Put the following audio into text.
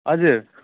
हजुर